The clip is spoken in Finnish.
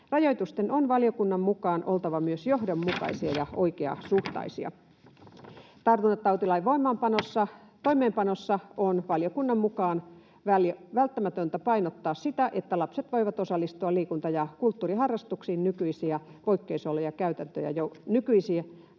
Rajoitusten on valiokunnan mukaan oltava myös johdonmukaisia ja oikeasuhtaisia. Tartuntatautilain toimeenpanossa on valiokunnan mukaan välttämätöntä painottaa sitä, että lapset voivat osallistua liikunta- ja kulttuuriharrastuksiin nykyisiä poikkeusolojen käytäntöjä